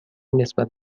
نسبت